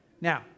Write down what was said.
now